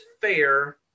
fair